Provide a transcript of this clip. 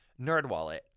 NerdWallet